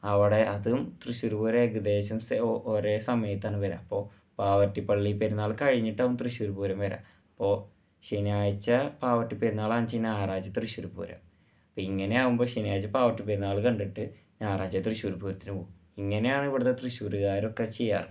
അവടെ അതും തൃശ്ശൂര് പൂരം ഏകദേശം സെയിമ് ഒരേ സമയത്താണ് വരിക അപ്പോൾ പാവറട്ടി പള്ളി പെരുന്നാള് കഴിഞ്ഞിട്ടാവും തൃശ്ശൂര് പൂരം വരിക അപ്പോൾ ശനിയാഴ്ച പാവറട്ടി പെരുന്നാളെന്ന് വെച്ച് കഴിഞ്ഞാൽ ഞാറാഴ്ച തൃശ്ശൂര് പൂരം അപ്പം ഇങ്ങനെയാകുമ്പോൾ ശനിയാഴ്ച പാവറട്ടി പെരുന്നാള് കണ്ടിട്ട് ഞാറാഴ്ച തൃശ്ശൂര് പൂരത്തിന് പോകും ഇങ്ങനെയാണ് ഇവിടത്തെ തൃശ്ശൂര്കാര് ഒക്കെ ചെയ്യാറ്